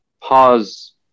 pause